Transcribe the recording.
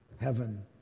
heaven